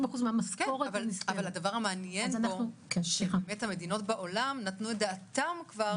הדבר המעניין הוא שהמדינות נתנו דעתן כבר.